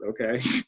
okay